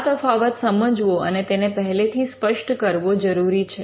આ તફાવત સમજવો અને તેને પહેલેથી સ્પષ્ટ કરવો જરૂરી છે